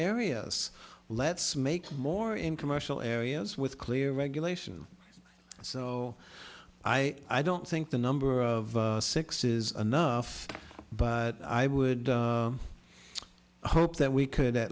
areas let's make more in commercial areas with clear regulation so i i don't think the number of six is enough but i would i hope that we could at